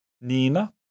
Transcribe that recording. Nina